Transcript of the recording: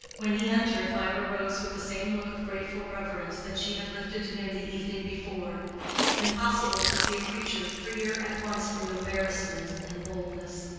when he entered, mirah rose with the same look of grateful reverence that she had lifted to him the evening before impossible to see a creature freer at once from embarrassment and boldness.